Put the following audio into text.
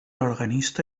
organista